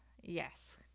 yes